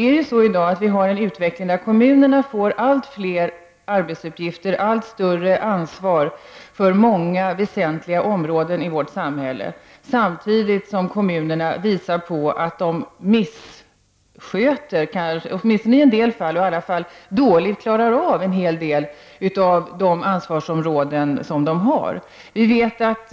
I dag har vi en utveckling där kommunerna får allt fler arbetsuppgifter och ett allt större ansvar för många väsentliga områden i vårt samhälle, samtidigt som kommunerna i en del fall dåligt klarar sina ansvarsområden.